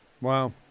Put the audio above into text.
Wow